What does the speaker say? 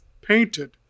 painted